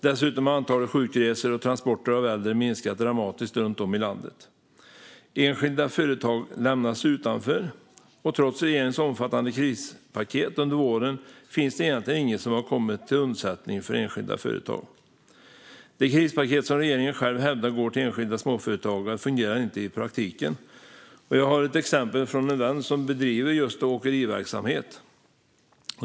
Dessutom har antalet sjukresor och transporter av äldre minskat dramatiskt runt om i landet. Enskilda företag lämnas utanför. Och trots regeringens omfattande krispaket under våren finns det egentligen inget som har kommit enskilda företag till undsättning. Det krispaket som regeringen själv hävdar går till enskilda småföretagare fungerar inte i praktiken. Jag har ett exempel, en vän som bedriver just åkeriverksamhet.